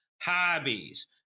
hobbies